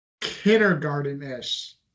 kindergarten-ish